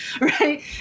right